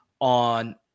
on